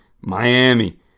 Miami